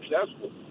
successful